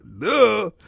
Duh